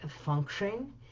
function